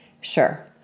Sure